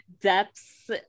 depths